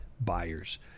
buyers